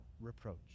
reproach